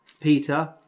Peter